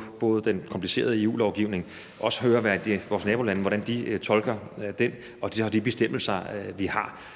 at se på den komplicerede EU-lovgivning og høre, hvordan vores nabolande tolker den, og se på de bestemmelser, vi har,